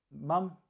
mum